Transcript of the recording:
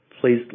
please